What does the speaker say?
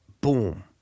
boom